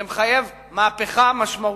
זה מחייב מהפכה משמעותית.